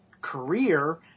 career